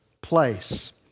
place